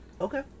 Okay